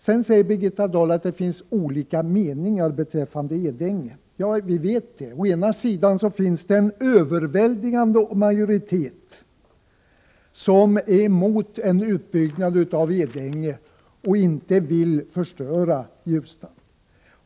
Sedan säger Birgitta Dahl att det finns olika meningar beträffande Edänge. Ja, vi vet det. Å ena sidan finns det en överväldigande majoritet som är emot en utbyggnad av Edänge och som inte vill förstöra Ljusnan.